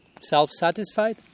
self-satisfied